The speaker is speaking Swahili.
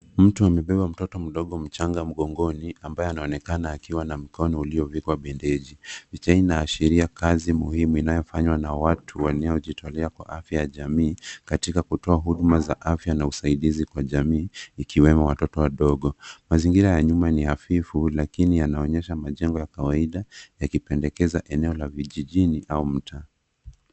Mtu amebeba mtoto mchanga mgongoni ambaye anaonekana akiwa na mkono uliovikwa bendeji. Picha hii inaashiria kazi muhimu inayofanywa na watu wanaojitolea kwa afya ya jamii katika kutoa huduma za afya na usaidizi kwa jamii wakiwemo watoto wadogo. Mazingira ya nyuma ni hafifu lakini yanaonyesha majengo ya kawaida yakipendekeza vijijini au mtaa.